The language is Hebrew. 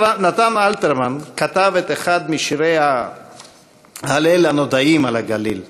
נתן אלתרמן כתב את אחד משירי ההלל הנודעים על הגליל: